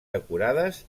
decorades